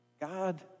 God